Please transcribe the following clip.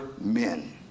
men